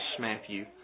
Matthew